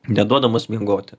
neduodamas miegoti